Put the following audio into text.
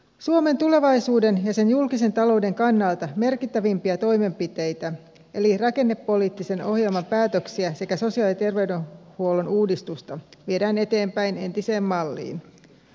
suomen tulevaisuuden ja sen julkisen talouden kannalta merkittävimpiä toimenpiteitä eli rakennepoliittisen ohjelman päätöksiä sekä sosiaali ja terveydenhuollon uudistusta viedään eteenpäin entiseen malliin